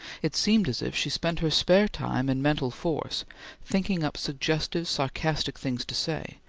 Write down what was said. it seemed as if she spent her spare time and mental force thinking up suggestive, sarcastic things to say,